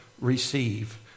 receive